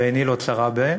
ועיני לא צרה בהן,